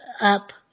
up